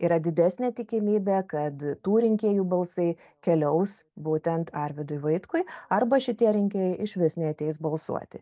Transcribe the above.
yra didesnė tikimybė kad tų rinkėjų balsai keliaus būtent arvydui vaitkui arba šitie rinkėjai išvis neateis balsuoti